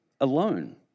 alone